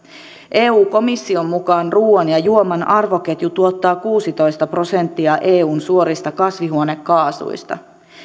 eu komission mukaan ruuan ja juoman arvoketju tuottaa kuusitoista prosenttia eun suorista kasvihuonekaasuista